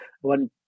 one